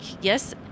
yes